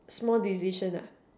small decision ah